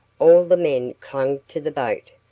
all the men clung to the boat,